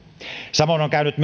samoin on käynyt